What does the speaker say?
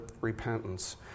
repentance